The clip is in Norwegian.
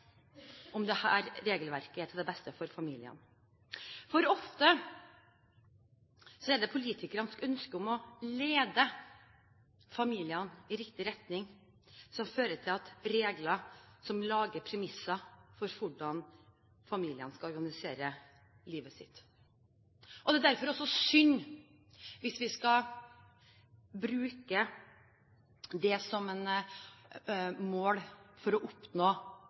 om dette regelverket er til det beste for familiene. For ofte er det politikernes ønske om å lede familiene i riktig retning som fører til regler som lager premisser for hvordan familiene skal organisere livet sitt. Det er derfor også synd hvis vi skal bruke det som mål for oppnå